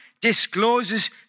discloses